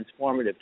transformative